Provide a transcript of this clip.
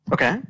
Okay